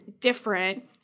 different